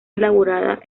elaborada